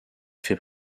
fait